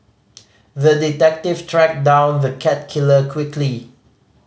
the detective tracked down the cat killer quickly